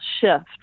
shift